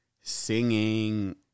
singing